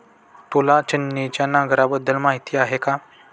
तुला छिन्नीच्या नांगराबद्दल माहिती आहे का?